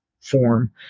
form